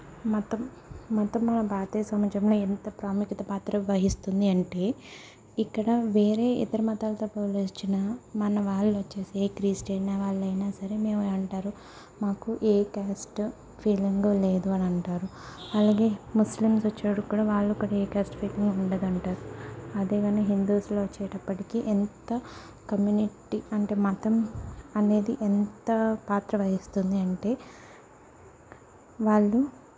మతం మతం మన భారతదేశం నుంచి ఉన్న ఎంత ప్రాముఖ్యత పాత్ర వహిస్తుంది అంటే ఇక్కడ వేరే ఇతర మతాలతో పోల్చిన మనవాళ్ళు వచ్చేసి ఏ క్రిస్టియన్ అయిన వాళ్ళైనా సరే మేమే అంటారు మాకు ఏ క్యాస్ట్ ఫీలింగ్ లేదు అని అంటారు అలాగే ముస్లిమ్స్ వచ్చేడికి కూడా వాళ్ళు కూడా ఏ కాస్ట్ ఫీలింగ్ ఉండదు అంటారు అదే మన హిందూస్లో వచ్చేటప్పటికి ఎంత కమ్యూనిటీ అంటే మతం అనేది ఎంత పాత్ర వహిస్తుంది అంటే వాళ్ళు